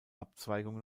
abzweigung